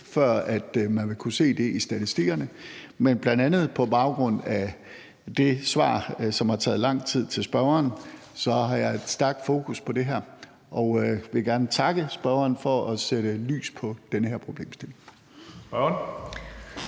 før man vil kunne se det i statistikkerne, men bl.a. på baggrund af det svar til spørgeren, som har taget lang tid, så har jeg et stærkt fokus på det her og vil gerne takke spørgeren for at sætte lys på den her problemstilling.